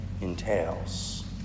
entails